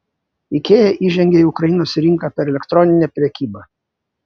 ikea įžengė į ukrainos rinką per elektroninę prekybą